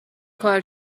کار